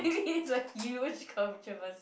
is a huge controversy